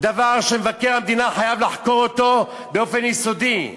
דבר שמבקר המדינה חייב לחקור באופן יסודי.